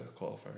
qualifier